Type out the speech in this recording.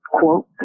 Quote